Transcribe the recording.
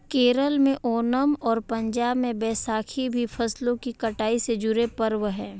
केरल में ओनम और पंजाब में बैसाखी भी फसलों की कटाई से जुड़े पर्व हैं